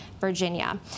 Virginia